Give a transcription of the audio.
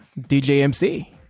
DJMC